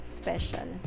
special